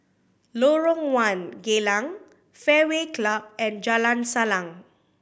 Lorong One Geylang Fairway Club and Jalan Salang